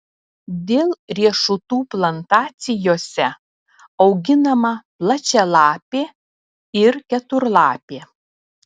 dėl riešutų plantacijose auginama plačialapė ir keturlapė